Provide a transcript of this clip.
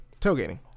Tailgating